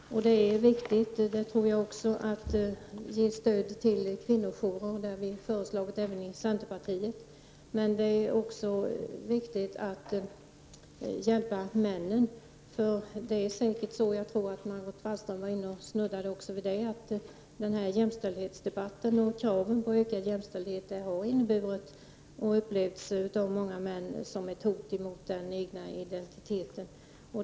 Jag tror också att det är viktigt att ge stöd åt kvinnojourer, och det har vi i centerpartiet också föreslagit. Men det är också viktigt att hjälpa männen. Det är säkert så, vilket Margot Wallström också snuddade vid, att jämställdhetsdebatten och kraven på ökad jämställdhet av många män har upplevts som ett hot mot den egna identiteten.